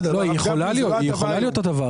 היא יכולה להיות הטבה.